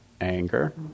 anger